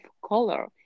color